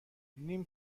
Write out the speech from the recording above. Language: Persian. نیم